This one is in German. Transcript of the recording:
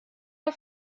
nur